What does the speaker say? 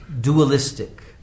dualistic